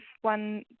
one